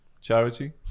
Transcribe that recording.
Charity